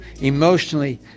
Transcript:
emotionally